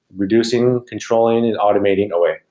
reducing, controlling and automating away.